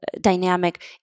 dynamic